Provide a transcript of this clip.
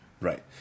Right